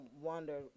wonder